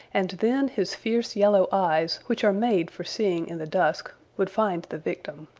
and then his fierce yellow eyes, which are made for seeing in the dusk, would find the victim.